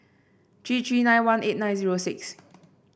three three nine one eight nine zero six